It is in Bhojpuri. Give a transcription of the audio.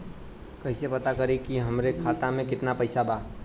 कइसे पता करि कि हमरे खाता मे कितना पैसा बा?